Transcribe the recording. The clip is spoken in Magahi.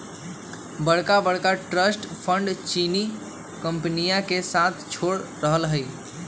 बड़का बड़का ट्रस्ट फंडस चीनी कंपनियन के साथ छोड़ रहले है